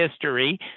history